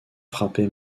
frappés